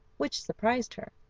which surprised her,